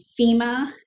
FEMA